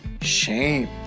Shame